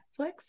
Netflix